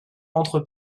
entre